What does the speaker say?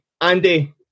Andy